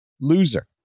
Loser